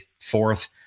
fourth